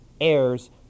heirs